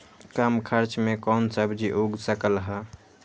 कम खर्च मे कौन सब्जी उग सकल ह?